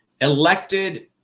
elected